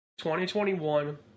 2021